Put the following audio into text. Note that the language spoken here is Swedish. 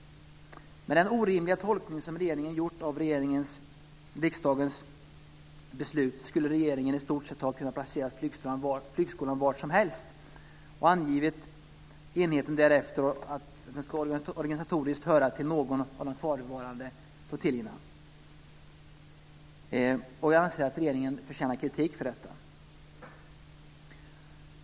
Med den orimliga tolkning som regeringen gjort av riksdagens beslut skulle regeringen i stort sett ha kunnat placera flygskolan varsomhelst och angivit att enheten organisatoriskt ska höra till någon av de kvarvarande flottiljerna. Jag anser att regeringen förtjänar kritik för detta.